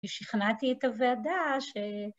‫ושכנעתי את הועדה ש...